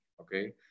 okay